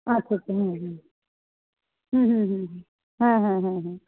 আচ্ছা আচ্ছা হুম হুম হুম হুম হুম হুম হ্যাঁ হ্যাঁ হ্যাঁ হ্যাঁ